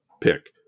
pick